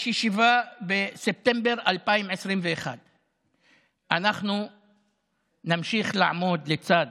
יש ישיבה בספטמבר 2021. אנחנו נמשיך לעמוד לצד